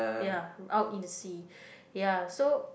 ya out in the sea ya so